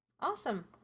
Awesome